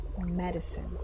medicine